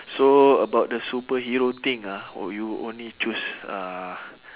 so about the superhero thing ah would you only choose uh